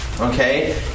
Okay